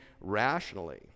rationally